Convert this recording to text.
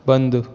बंद